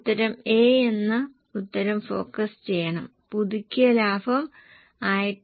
ഉത്തരം A എന്ന ഉത്തരം ഫോക്കസ് ചെയ്യണം പുതുക്കിയ ലാഭം 1070